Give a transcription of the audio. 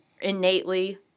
innately